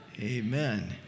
Amen